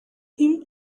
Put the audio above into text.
him